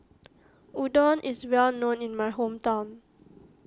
Udon is well known in my hometown